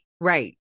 Right